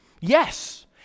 yes